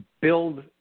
build